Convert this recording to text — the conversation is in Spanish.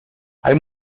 hay